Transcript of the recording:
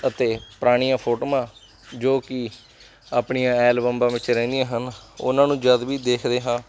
ਅਤੇ ਪੁਰਾਣੀਆਂ ਫੋਟੋਆਂ ਜੋ ਕਿ ਆਪਣੀ ਐਲਬਮ ਵਿੱਚ ਰਹਿੰਦੀਆਂ ਹਨ ਉਹਨਾਂ ਨੂੰ ਜਦ ਵੀ ਦੇਖਦੇ ਹਾਂ